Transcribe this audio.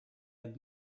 had